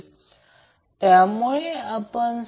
तर Van Vbn Vcn ला phase voltage म्हणतात